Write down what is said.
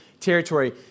territory